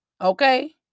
Okay